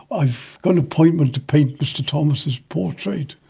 i've got an appointment to paint mr thomas's portrait.